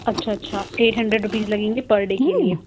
اچھا اچھا eight hundred rupees لگیں گے پر ڈے کے لیے